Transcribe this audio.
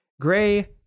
Gray